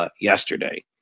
Yesterday